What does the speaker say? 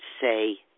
say